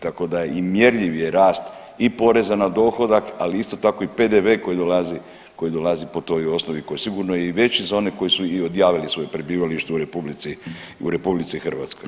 Tako da je i mjerljiv je rast i poreza na dohodak, ali isto tako i PDV koji dolazi po toj osnovi koji je sigurno i veći za one koji su i odjavili svoje prebivalište u RH.